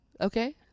Okay